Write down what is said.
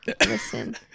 listen